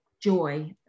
joy